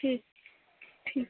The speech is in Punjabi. ਠੀਕ ਠੀਕ